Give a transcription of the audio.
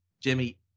Jimmy